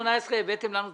ב-2018 הבאתם לנו תקציב,